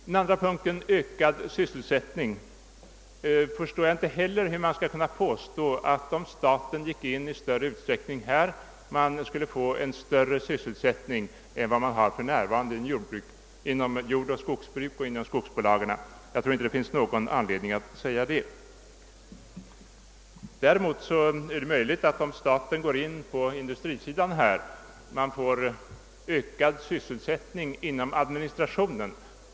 Det andra skälet är ökad sysselsättning. Jag förstår inte heller hur man kan påstå att sysselsättningen, om staten gick in i större utsträckning, skulle bli bättre än för närvarande inom jordoch skogsbruk och inom skogsbolagen. Jag tror inte att det finns någon anledning att förmoda det. Däremot är det möjligt att man, om staten går in på industrisidan, får ökad sysselsättning inom administrationen.